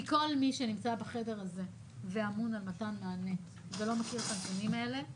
כי כל מי שנמצא בחדר הזה ואמון על מתן מענה ולא מכיר את הנתונים האלה,